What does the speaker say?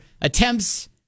attempts